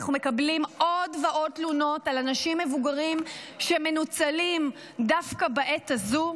אנחנו מקבלים עוד ועוד תלונות על אנשים מבוגרים שמנוצלים דווקא בעת הזו,